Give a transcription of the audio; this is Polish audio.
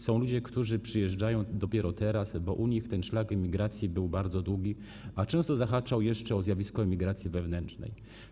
Są ludzie, którzy przyjeżdżają dopiero teraz, bo u nich ten szlak emigracji był bardzo długi, a często zahaczał jeszcze o zjawisko emigracji wewnętrznej.